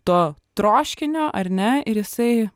to troškinio ar ne ir jisai